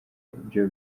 byo